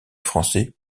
français